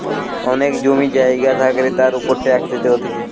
অনেক জমি জায়গা থাকলে তার উপর ট্যাক্স দিতে হতিছে